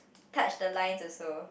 touch the lines also